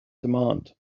demand